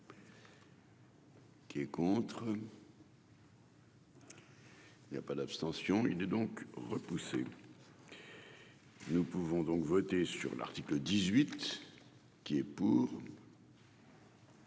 Qui est contre. Il y a pas d'abstention, il n'est donc repoussé, nous pouvons donc voter sur l'article 18 qui est pour.